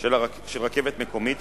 של רכבת מקומית,